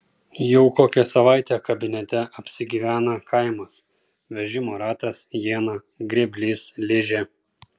jau kokią savaitę kabinete apsigyvena kaimas vežimo ratas iena grėblys ližė